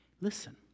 Listen